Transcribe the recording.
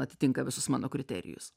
atitinka visus mano kriterijus